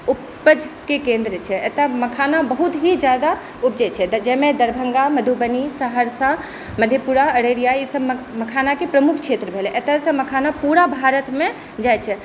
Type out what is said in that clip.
उपजके केन्द्र छै एतऽ मखाना बहुत ही ज्यादा उपजै छै तऽ जाहिमे दरभङ्गा मधुबनी सहरसा मधेपुरा अररिआ ई सभ मे मखानाके प्रमुख क्षेत्र भेलै एतऽ से मखाना पुरा भारतमे जाइ छै